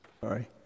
Sorry